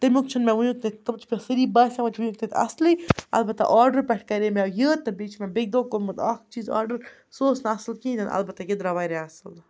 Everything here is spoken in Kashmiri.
تَمیُک چھِنہٕ مےٚ وٕنیُک تہِ تِم چھِ مےٚ سٲری باسیامٕتۍ وٕنیُک تانٮ۪تھ اَصلٕے البتہ آرڈَر پٮ۪ٹھ کَرے مےٚ یہِ تہٕ بیٚیہِ چھِ مےٚ بیٚکہِ دۄہ کوٚرمُت اَکھ چیٖز آرڈَر سُہ اوس نہٕ اَصٕل کِہیٖنۍ تہِ نہٕ البتہ یہِ درٛاو واریاہ اَصٕل